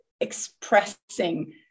expressing